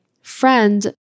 friend